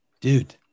dude